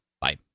Bye